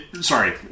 Sorry